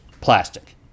plastic